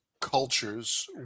cultures